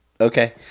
okay